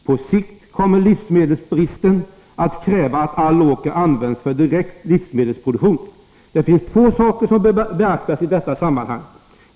På sikt kommer livsmedelsbristen att kräva att all åker används för direkt livsmedelsproduktion. Det finns två saker som bör beaktas i detta sammanhang.